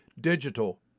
digital